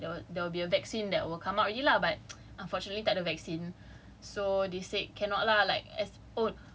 ya so like they were thinking if they like delay they hope there will be a vaccine that will come out already lah but unfortunately tak ada vaccine